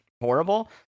horrible